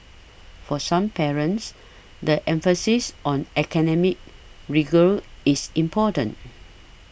for some parents the emphasis on academic rigour is important